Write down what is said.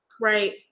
Right